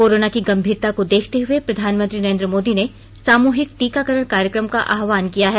corona की गंभीरता को देखते हुए प्रधानमंत्री नरेंद्र मोदी ने सामूहिक टीकाकरण कार्यक्रम का आह्वान किया है